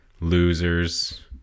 losers